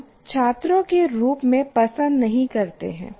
हम छात्रों के रूप में पसंद नहीं करते हैं